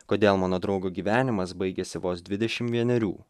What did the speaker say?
kodėl mano draugo gyvenimas baigėsi vos dvidešim vienerių